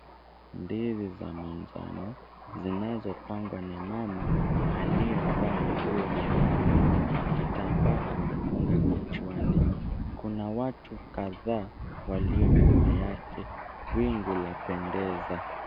Ndizi za manjano, zinazopangwa na mama aliyevaa nguo nyekundu, kitambaa amefunga kichwani. Kuna watu kadhaa walio nyuma yake. Wingu lapendeza.